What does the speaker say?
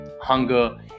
hunger